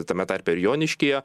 tame tarpe ir joniškyje